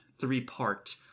three-part